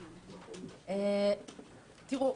תראו,